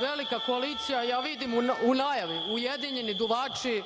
velika koalicija, ja vidim u najavi, ujedinjeni duvači.